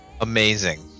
Amazing